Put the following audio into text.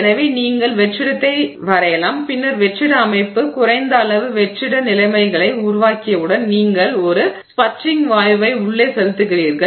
எனவே நீங்கள் வெற்றிடத்தை வரையலாம் பின்னர் வெற்றிட அமைப்பு குறைந்த அளவு வெற்றிட நிலைமைகளை உருவாக்கியவுடன் நீங்கள் ஒரு ஸ்பட்டரிங்க வாயுவை உள்ளே செலுத்துகிறீர்கள்